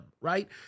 right